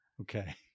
Okay